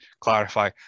clarify